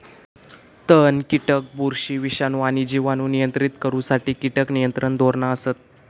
तण, कीटक, बुरशी, विषाणू आणि जिवाणू नियंत्रित करुसाठी कीटक नियंत्रण धोरणा असत